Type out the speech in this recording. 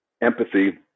empathy